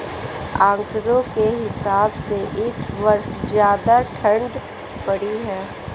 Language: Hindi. आंकड़ों के हिसाब से इस वर्ष ज्यादा ठण्ड पड़ी है